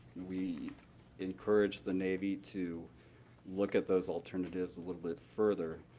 we encourage the navy to look at those alternatives a little bit further